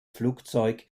flugzeug